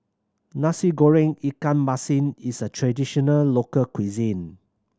Nasi Goreng ikan masin is a traditional local cuisine